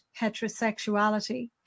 heterosexuality